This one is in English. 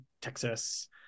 Texas